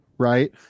Right